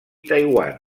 taiwan